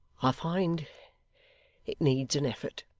i find it needs an effort